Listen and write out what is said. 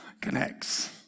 connects